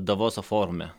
davoso forume